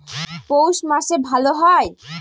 পৌষ মাসে ভালো হয়?